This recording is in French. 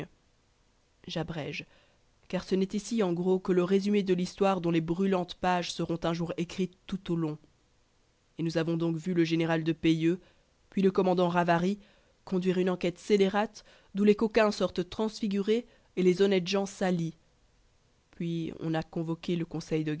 j'abrège car ce n'est ici en gros que le résumé de l'histoire dont les brûlantes pages seront un jour écrites tout au long et nous avons donc vu le général de pellieux puis le commandant ravary conduire une enquête scélérate d'où les coquins sortent transfigurés et les honnêtes gens salis puis on a convoqué le conseil de